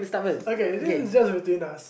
okay is this just between us